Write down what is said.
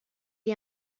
est